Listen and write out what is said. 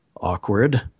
Awkward